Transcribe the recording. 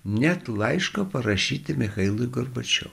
net laiško parašyti michailui gorbačiovui